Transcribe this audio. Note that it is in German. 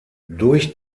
durch